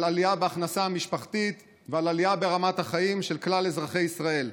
על עלייה בהכנסה המשפחתית ועל עלייה ברמת החיים של כלל אזרחי ישראל.